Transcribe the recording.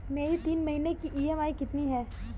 मेरी तीन महीने की ईएमआई कितनी है?